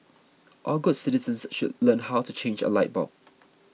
all good citizens should learn how to change a light bulb